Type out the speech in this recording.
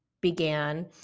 began